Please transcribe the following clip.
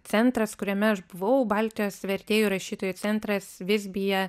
centras kuriame aš buvau baltijos vertėjų rašytojų centras visbyje